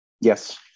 Yes